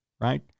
right